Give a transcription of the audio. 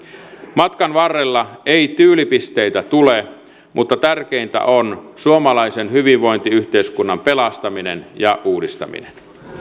matkan varrella ei tyylipisteitä tule mutta tärkeintä on suomalaisen hyvinvointiyhteiskunnan pelastaminen ja uudistaminen